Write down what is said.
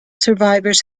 survivors